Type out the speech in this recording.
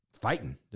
fighting